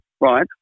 right